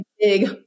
big